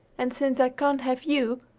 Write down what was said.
and since i can't have you,